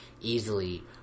easily